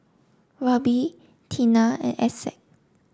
Roby Teena and Essex